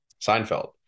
seinfeld